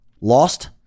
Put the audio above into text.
lost